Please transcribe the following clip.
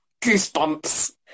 Goosebumps